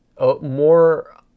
more